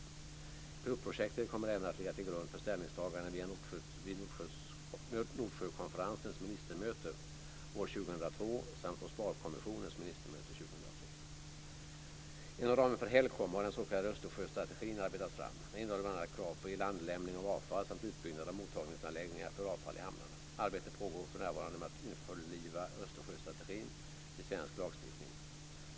Pilotprojektet kommer även att ligga till grund för ställningstaganden vid Nordsjökonferensens ministermöte år 2002 samt OSPAR-kommissionens ministermöte 2003. Inom ramen för HELCOM har den s.k. Östersjöstrategin arbetats fram. Den innehåller bl.a. krav på ilandlämning av avfall samt utbyggnad av mottagningsanläggningar för avfall i hamnarna. Arbete pågår för närvarande med att införliva Östersjöstrategin i svensk lagstiftning.